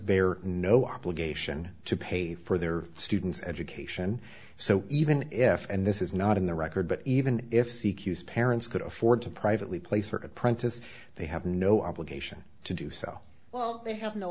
very no obligation to pay for their students education so even if and this is not in the record but even if he cues parents could afford to privately place for apprentice they have no obligation to do so well they have no